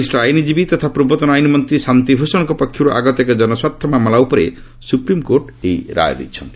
ବରିଷ୍ଣ ଆଇନଜୀବୀ ତଥା ପ୍ରର୍ବତନ ଆଇନ ମନ୍ତ୍ରୀ ଶାନ୍ତିଭ୍ଷଣଙ୍କ ପକ୍ଷରୁ ଆଗତ ଏକ ଜନସ୍ୱାର୍ଥ ମାମଲା ଉପରେ ସ୍ୱପ୍ରିମକୋର୍ଟ ଏହି ରାୟ ଦେଇଛନ୍ତି